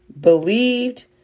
believed